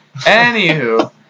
Anywho